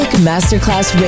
Masterclass